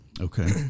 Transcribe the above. Okay